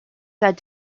said